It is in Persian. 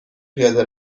پیاده